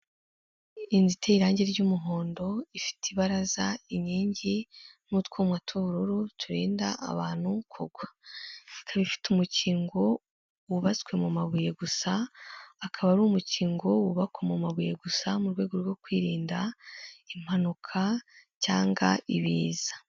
Inzu iteye irange ry'umuhondo ifite ibaraza, inkingi n'utwuma tw'ubururu turinda abantu kugwa, ikaba ifite umukingo wubatswe mu mabuye gusa akaba ari umukingo wubakwa mu mabuye gusa mu rwego rwo kwirinda impanuka cyangwa ibiza.